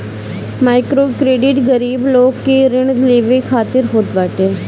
microcredit गरीब लोग के ऋण लेवे खातिर होत बाटे